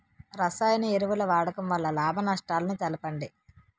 రసాయన ఎరువుల వాడకం వల్ల లాభ నష్టాలను తెలపండి?